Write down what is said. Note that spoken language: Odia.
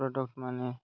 ପ୍ରଡ଼କ୍ଟ ମାନେ